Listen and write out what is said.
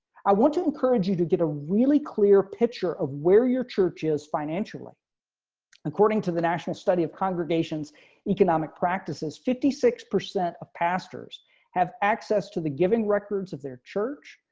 i want to encourage you to get a really clear picture of where your church is financially according to the national study of congregations economic practices fifty six percent of pastors have access to the given records of their church,